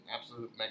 absolute